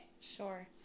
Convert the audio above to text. sure